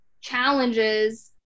challenges